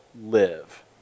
live